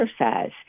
exercise